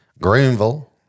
Greenville